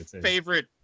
favorite